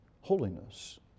Holiness